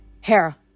Hera